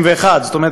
ועוד